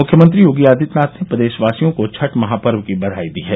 मुख्यमंत्री योगी आदित्यनाथ ने प्रदेशवासियों को छठ महापर्व की बधाई दी है